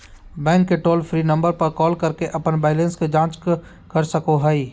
bank के toll free number पर call करके अपन बैलेंस के जांच कर सको हइ